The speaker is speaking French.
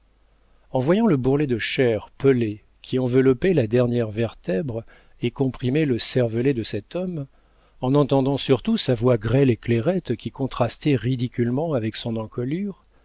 en voyant le bourrelet de chair pelée qui enveloppait la dernière vertèbre et comprimait le cervelet de cet homme en entendant surtout sa voix grêle et clairette qui contrastait ridiculement avec son encolure